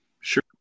Sure